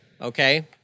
okay